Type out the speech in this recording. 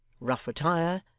rough attire,